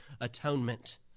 atonement